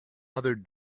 other